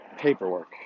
Paperwork